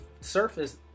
surface